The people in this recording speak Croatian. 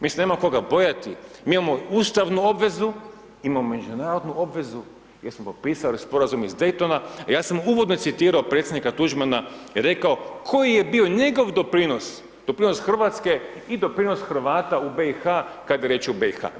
Mi se nemamo koga bojati, mi imamo ustavnu obvezu, imamo međunarodnu obvezu jer smo potpisali sporazum iz Daytona, ja sam uvodno citirao predsjednika Tuđmana i rekao koji je bio njegov doprinos, doprinos Hrvatske i doprinos Hrvata u BiH-u kad je riječ o BiH-u.